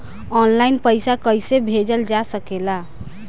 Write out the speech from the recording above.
आन line पईसा कईसे भेजल जा सेकला?